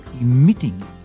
emitting